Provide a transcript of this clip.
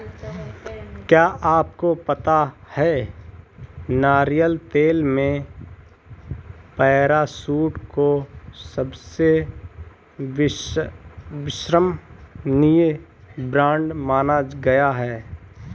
क्या आपको पता है नारियल तेल में पैराशूट को सबसे विश्वसनीय ब्रांड माना गया है?